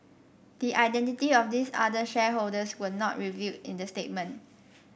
the identity of these other shareholders were not revealed in the statement